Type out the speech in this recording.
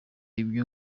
ibyo